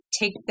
take